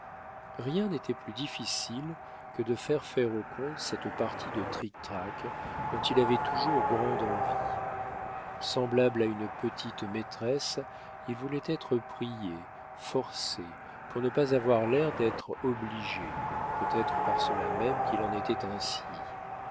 rien n'était plus difficile que de faire faire au comte cette partie de trictrac dont il avait toujours grande envie semblable à une petite maîtresse il voulait être prié forcé pour ne pas avoir l'air d'être obligé peut-être par cela même qu'il en était ainsi